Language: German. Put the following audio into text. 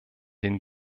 den